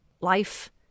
life